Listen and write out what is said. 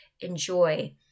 enjoy